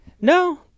No